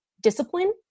discipline